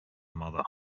mother